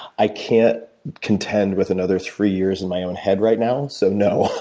i can't contend with another three years in my own head right now, so no.